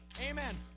Amen